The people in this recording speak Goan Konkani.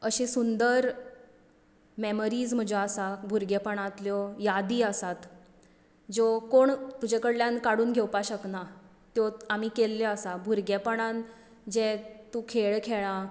अशें सुंदर मॅमरीज म्हज्यो आसा भुरगेपणांतल्यो यादी आसात ज्यो कोण तुजे कडल्यान काडून घेवपाक शकना त्यो आमी केल्ल्यो आसा भुरगेपणांत जे तूं खेळ खेळ्ळां